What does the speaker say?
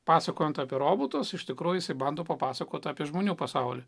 pasakojant apie robotus iš tikrųjų bando papasakoti apie žmonių pasaulį